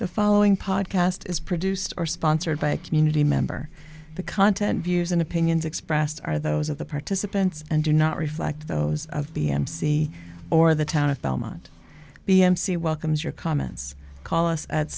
the following podcast is produced or sponsored by a community member the content views and opinions expressed are those of the participants and do not reflect those of the mc or the town of belmont b mc welcomes your comments call us at